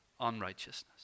unrighteousness